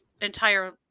entire